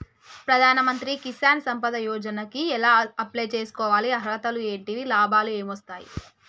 ప్రధాన మంత్రి కిసాన్ సంపద యోజన కి ఎలా అప్లయ్ చేసుకోవాలి? అర్హతలు ఏంటివి? లాభాలు ఏమొస్తాయి?